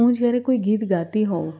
હું જ્યારે કોઈ ગીત ગાતી હોઉં